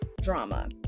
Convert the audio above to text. drama